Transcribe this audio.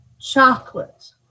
chocolate